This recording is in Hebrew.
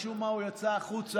משום מה, הוא יצא החוצה.